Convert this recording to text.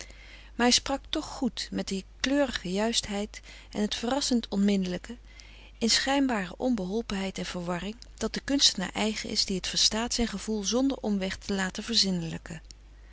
maar hij sprak toch goed met de kleurige juistheid en het verrassend onmiddelijke in schijnbare onbeholpenheid en verwarring dat den kunstenaar eigen is die het verstaat zijn gevoel zonder omweg te laten